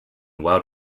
world